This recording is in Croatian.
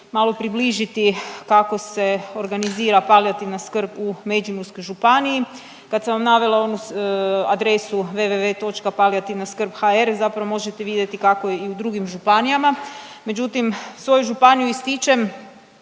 malo približiti kako se organizira palijativna skrb u Međimurskoj županiji. Kad sam vam navela onu adresu www.palijativnaskrb.hr zapravo možete vidjeti kako je i u drugim županijama. Međutim, svoju županiju ističem